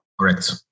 Correct